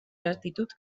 latitud